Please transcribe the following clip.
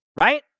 right